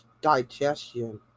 digestion